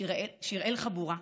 שיראל חבורה,